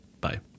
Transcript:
Bye